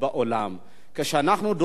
כשאנחנו דורשים צדק